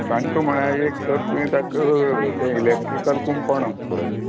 तांकां म्हळ्यार एक तर तुयें तांकां तें इलॅक्ट्रीकल कुंपावण आस पय